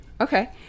Okay